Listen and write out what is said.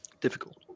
difficult